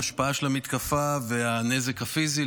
ההשפעה של המתקפה והנזק הפיזי,